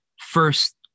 first-